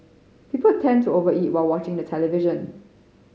people tend to over eat while watching the television